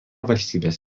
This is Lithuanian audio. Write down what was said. valstybės